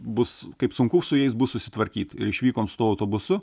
bus kaip sunku su jais bus susitvarkyt ir išvykom su tuo autobusu